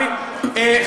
בטח.